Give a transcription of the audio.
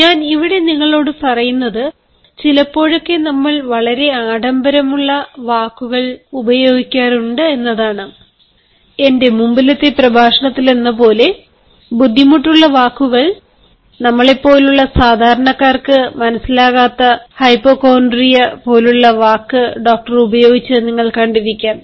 ഞാൻ ഇവിടെ നിങ്ങളോട് പറയുന്നത് ചിലപ്പോഴൊക്കെ നമ്മൾ വളരെ ആഡംബരമുള്ള വാക്കുകൾ ഉപയോഗിക്കാറുണ്ട് എന്നതാണ് എന്റെ മുമ്പത്തെ പ്രഭാഷണത്തിലെന്നപോലെ ബുദ്ധിമുട്ടുള്ള വാക്കുകൾ നമ്മളെപ്പോലുള്ള സാധാരണക്കാർക്ക് മനസ്സിലാകാത്ത ഹൈപ്പോകോൺഡ്രിയ പോലുള്ള വാക്ക് ഡോക്ടർ ഉപയോഗിച്ചത് നിങ്ങൾ കണ്ടിരിക്കാം